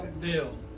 Bill